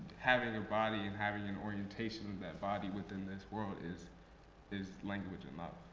having your body and having an orientation of that body within this world is is language enough.